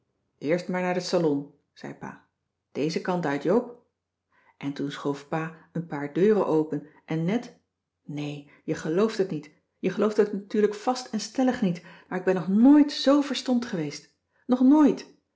eerst maar naar den salon zei pa dezen kant uit joop en toen schoof pa een paar deuren open en net nee je gelooft het niet je gelooft het natuurlijk vast en stellig niet maar ik ben nog nooit zoo verstomd geweest nog nooit